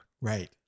right